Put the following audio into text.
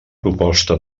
proposta